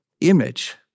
image